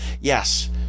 Yes